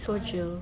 so chill